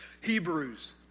Hebrews